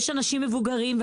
יש אנשים מבוגרים,